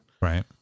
Right